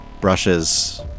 brushes